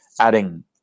adding